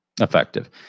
effective